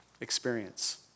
experience